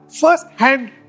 first-hand